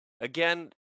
Again